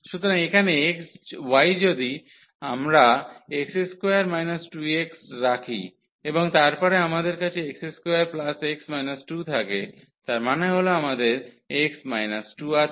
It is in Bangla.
সুতরাং এখানে y যদি আমরা x2 2 x রাখি এবং তারপরে আমাদের কাছে x2x 2 থাকে তার মানে হল আমাদের x 2 আছে